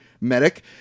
medic